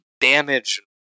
damage